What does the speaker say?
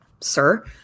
sir